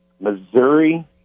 Missouri